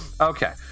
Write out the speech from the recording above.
Okay